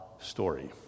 story